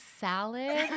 salad